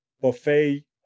buffet